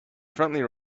friendly